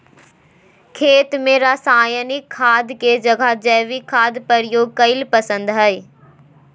खेत में रासायनिक खाद के जगह जैविक खाद प्रयोग कईल पसंद हई